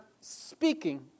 speaking